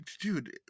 dude